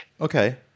Okay